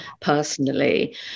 personally